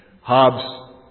Hobbes